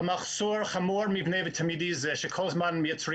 על מחסור חמור ותמידי זה שכל הזמן מייצרים